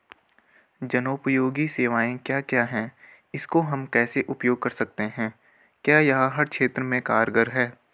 जनोपयोगी सेवाएं क्या क्या हैं इसको हम कैसे उपयोग कर सकते हैं क्या यह हर क्षेत्र में कारगर है?